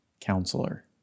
counselor